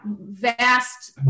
vast